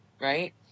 right